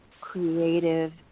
creative